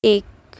ایک